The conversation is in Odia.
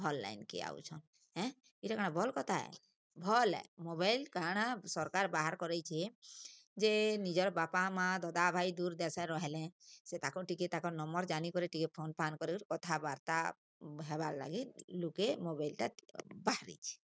ଭଲ୍ ଲାଇନ୍ କେ ଆଉଛନ୍ ଏଁ ଏଟା କ'ଣ ଭଲ୍ କଥା ଏ ଭଲ୍ ଏ ମୋବାଇଲ୍ କାଁଣା ସରକାର୍ ବାହାର୍ କରେଇଛି ଯେ ନିଜର୍ ବାପା ମାଆ ଦଦା ଭାଇ ଦୂର୍ ଦେଶରେ ରହିଲେେଁ ସେ ତାକୁ ଟିକେ ତାକର୍ ନମ୍ବର୍ ଜାନି କରି ଟିକେ ଫୋନ୍ଫାନ୍ କରୁ କଥା ବାର୍ତ୍ତା ହେବାର୍ ଲାଗି ଲୁକେ ମୋବାଇଲ୍ଟା ବାହାରିଛି